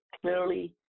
clearly